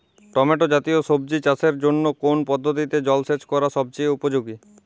Tomato জাতীয় সবজি চাষের জন্য কোন পদ্ধতিতে জলসেচ করা সবচেয়ে উপযোগী?